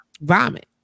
vomit